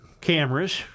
Cameras